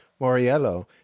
Moriello